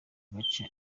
gace